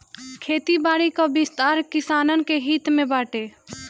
खेती बारी कअ विस्तार किसानन के हित में बाटे